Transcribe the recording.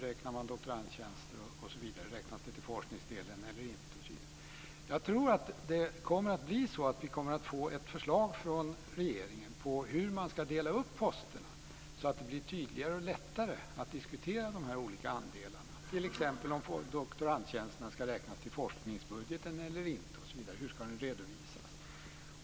Räknas doktorandtjänsterna till forskningsdelen eller inte? Jag tror att vi kommer att få ett förslag från regeringen till hur man ska dela upp posterna så att det blir tydligare och lättare att diskutera de olika andelarna, t.ex. om doktorandtjänsterna ska räknas till forskningsbudgeten eller inte och hur de ska redovisas.